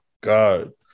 god